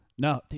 No